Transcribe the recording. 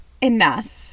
enough